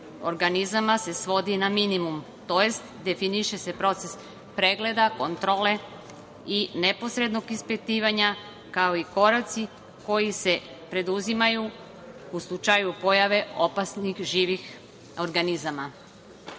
organizama se svodi na minimum, to jest definiše se proces pregleda, kontrole i neposrednog ispitivanja kao i koraci koji se preduzimaju u slučaju pojave opasnih živih organizama.U